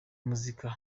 muzika